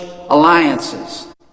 alliances